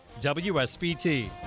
WSBT